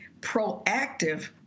proactive